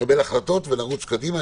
נקבל החלטות ונרוץ קדימה.